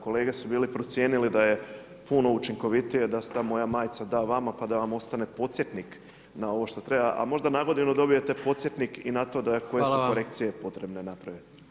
Kolege su bili procijenili da je puno učinkovitije da se ta moja majica da vama, pa da vam ostane podsjetnik na ovo što treba, a možda na godinu dobijete podsjetnik i na to da [[Upadica: Hvala.]] koje su korekcije potrebne napraviti.